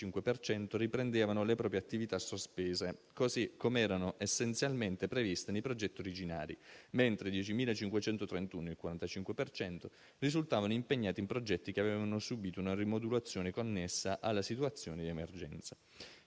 riprendevano le proprie attività sospese così come erano essenzialmente previste nei progetti originari, mentre 10.531 (il 45 per cento) risultavano impegnati in progetti che avevano subito una rimodulazione connessa alla situazione di emergenza.